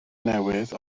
newydd